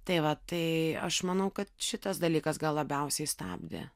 tai va tai aš manau kad šitas dalykas gal labiausiai stabdė